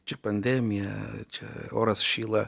čia pandemija čia oras šyla